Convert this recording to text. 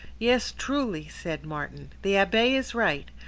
yes, truly, said martin, the abbe is right.